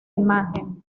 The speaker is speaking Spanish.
imagen